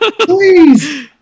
please